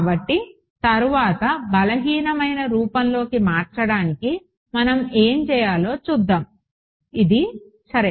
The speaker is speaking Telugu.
కాబట్టి తరువాత బలహీనమైన రూపంలోకి మార్చడానికి మనం ఏమి చేయాలో చూద్దాం ఇది సరే